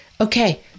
okay